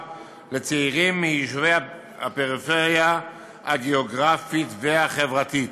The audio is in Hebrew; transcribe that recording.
לצעירים מיישובי הפריפריה הגיאוגרפית והחברתית,